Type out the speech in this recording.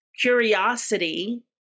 curiosity